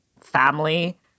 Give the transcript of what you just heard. family